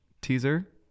teaser